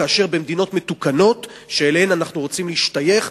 כאשר במדינות מתוקנות שאליהן אנחנו רוצים להשתייך,